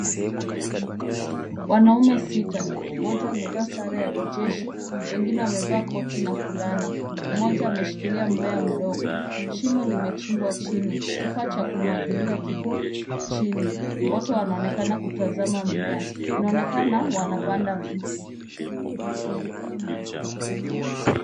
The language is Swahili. Wanaume sita, mmoja amevaa sare ya kijeshi, wengine wamevaa koti na fulana. Mmoja ameshikilia mmea mdogo. Shimo limechimbwa chini. Kifaa cha kumwagilia kipo chini. Wote wanaonekana kutazama mmea. Inaonekana wanapanda mti.